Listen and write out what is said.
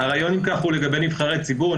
הרעיון, אם כך, הוא לגבי נבחרי ציבור.